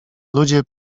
ludzie